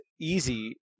easy